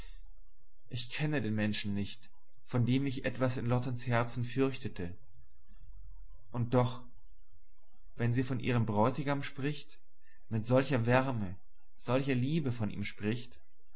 ich kenne den menschen nicht von dem ich etwas in lottens herzen fürchtete und doch wenn sie von ihrem bräutigam spricht mit solcher wärme solcher liebe von ihm spricht da